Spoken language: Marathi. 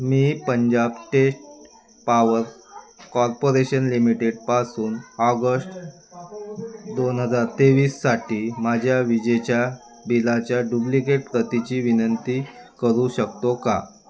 मी पंजाब टेस्ट पावर कॉर्पोरेशन लिमिटेडपासून ऑगस्ट दोन हजार तेवीससाठी माझ्या विजेच्या बिलाच्या डुप्लिकेट प्रतीची विनंती करू शकतो का